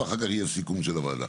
ואחר כך יהיה סיכום של הוועדה.